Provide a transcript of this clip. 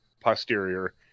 posterior